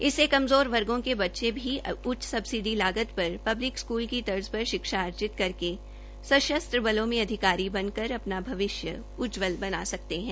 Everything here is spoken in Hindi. इससे कमजोर वर्गों के बच्चे भी उच्च सब्सिडी लागत पर पब्लिक स्कूल की तर्ज पर शिक्षा अर्जित करके सशस्त्र बलों में अधिकारी बन कर अपना भविष्य उज्ज्वल बना सकते हैं